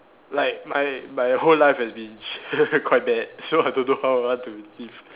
like my my whole life has been quite bad so I don't know how I want to fix